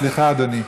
סליחה, אדוני.